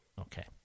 Okay